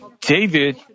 David